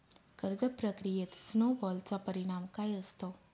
कर्ज प्रक्रियेत स्नो बॉलचा परिणाम काय असतो?